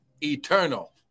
eternal